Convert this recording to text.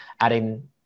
adding